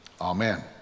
amen